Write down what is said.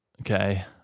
Okay